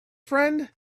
friend